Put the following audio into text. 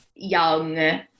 young